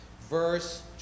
Verse